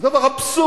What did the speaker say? זה דבר אבסורדי.